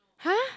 !huh!